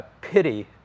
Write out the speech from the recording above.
pity